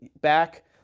back